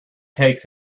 takes